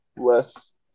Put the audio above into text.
less